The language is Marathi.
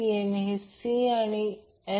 31 2 RL22